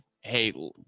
hey